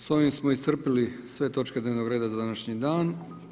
S ovim smo iscrpili sve točke dnevnog reda za današnji dan.